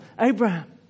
Abraham